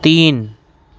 تین